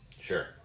Sure